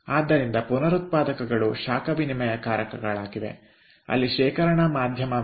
ಆದ್ದರಿಂದ ಪುನರುತ್ಪಾದಕಗಳು ಶಾಖ ವಿನಿಮಯಕಾರಕಗಳಾಗಿವೆ ಅಲ್ಲಿ ಶೇಖರಣಾ ಮಾಧ್ಯಮವಿದೆ